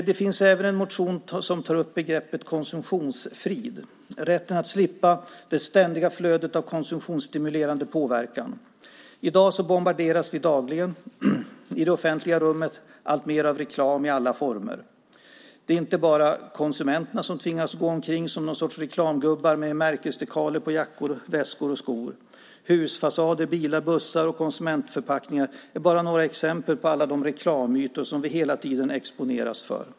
Det finns även en motion som tar upp begreppet konsumtionsfrid, det vill säga rätten att slippa det ständiga flödet av konsumtionsstimulerande påverkan. Vi bombarderas dagligen i det offentliga rummet alltmer av reklam i alla former. Det är inte bara konsumenterna som tvingas gå omkring som någon sorts reklamgubbar med märkesdekaler på jackor, väskor och skor. Husfasader, bilar, bussar och konsumentförpackningar är bara några exempel på alla de reklamytor som vi hela tiden exponeras för.